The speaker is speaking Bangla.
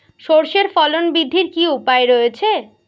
সর্ষের ফলন বৃদ্ধির কি উপায় রয়েছে?